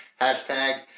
Hashtag